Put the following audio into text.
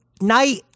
night